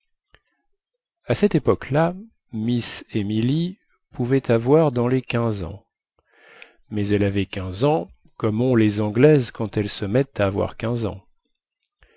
à cette époque-là miss emily pouvait avoir dans les quinze ans mais elle avait quinze ans comme ont les anglaises quand elles se mettent à avoir quinze ans